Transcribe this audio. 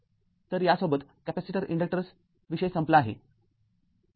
तर यासोबत capacitor inductors विषय संपला आहे